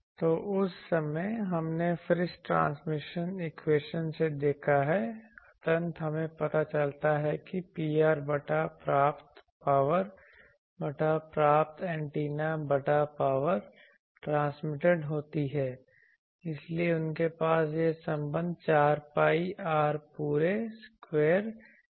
तो उस समय हमने फ्रिस ट्रांसमिशन इक्वेशन से देखा है अंततः हमें पता चलता है कि Pr बटा प्राप्त पावर बटा प्राप्त एंटीना बटा पावर ट्रांसमिटेड होती है इसलिए उनके पास यह संबंध 4 pi R पूरे स्क्वायर Got Gor है